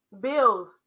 bills